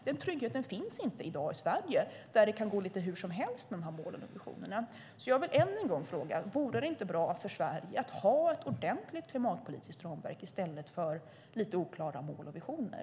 Den tryggheten finns inte i dag i Sverige, där det kan gå lite hur som helst med målen och visionerna. Därför vill jag än en gång fråga: Vore det inte bra för Sverige att ha ett ordentligt klimatpolitiskt ramverk i stället för lite oklara mål och visioner?